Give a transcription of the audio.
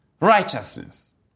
Righteousness